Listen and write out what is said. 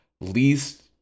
least